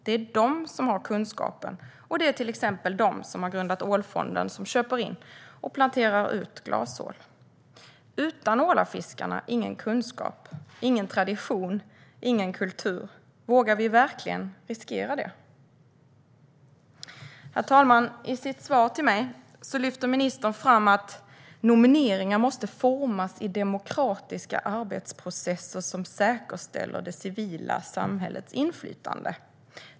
Det är de som har kunskapen. Det är till exempel de som har grundat ålfonden, som köper in och planterar ut glasål. Utan ålafiskarna - ingen kunskap, ingen tradition, ingen kultur. Vågar vi verkligen riskera det? Herr talman! I sitt svar till mig lyfter ministern fram att nomineringar måste formas i demokratiska arbetsprocesser som säkerställer det civila samhällets inflytande.